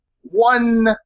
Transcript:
One